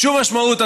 שום משמעות,